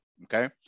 okay